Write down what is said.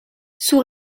sous